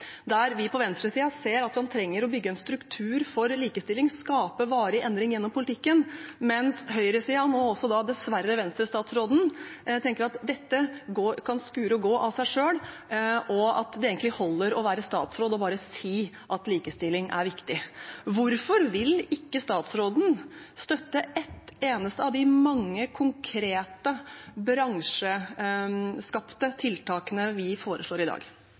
der vi på venstresiden ser at man trenger å bygge en struktur for likestilling og skape varig endring gjennom politikken, mens høyresiden – og nå også dessverre Venstre-statsråden – tenker at dette kan skure og gå av seg selv, og at det egentlig holder å være statsråd og bare si at likestilling er viktig. Hvorfor vil ikke statsråden støtte ett eneste av de mange konkrete bransjeskapte tiltakene vi foreslår i dag?